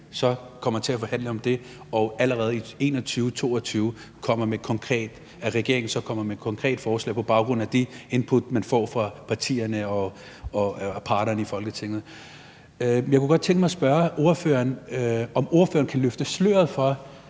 så kommer til at forhandle om det, og at regeringen allerede i 2021-22 kommer med et konkret forslag på baggrund af de input, man får fra partierne og parterne i Folketinget. Jeg kunne godt tænke mig at spørge ordføreren, om ordføreren kan løfte sløret for,